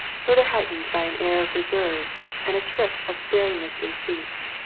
further heightened by an air of reserve and a trick of sparingness in speech.